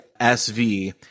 SV